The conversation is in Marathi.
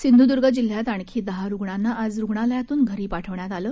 सिंधुदुर्ग जिल्ह्यात आणखी दहा रुग्णांना आज रुग्णालयातून घरी पाठवण्यात आलं